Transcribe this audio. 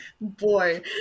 Boy